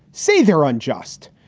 say they're unjust.